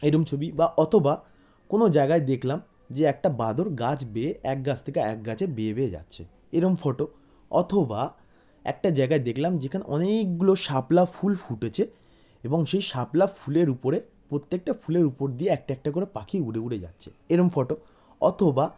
এরম ছবি বা অথবা কোনো জাগায় দেখলাম যে একটা বাঁদর গাছ বেয়ে এক গাছ থেকে আরেক গাছে বেয়ে বেয়ে যাচ্ছে এরম ফটো অথবা একটা জায়গায় দেখলাম যেখানে অনেকগুলো শাপলা ফুল ফুটেছে এবং সেই শাপলা ফুলের উপরে প্রত্যেকটা ফুলের উপর দিয়ে একটা একটা করে পাখি উড়ে উড়ে যাচ্ছে এরম ফটো অথবা